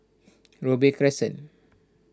Robey Crescent